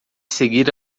seguir